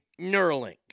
Neuralink